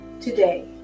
today